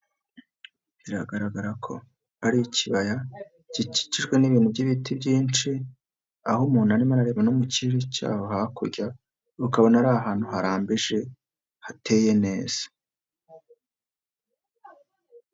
Biragaragara ko ari ikibaya gikikijwe n'ibintu by'ibiti byinshi, aho umuntu arimo arareba no mu kirere cyaho hakurya, ukabona ari ahantu harambije, hateye neza.